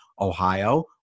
Ohio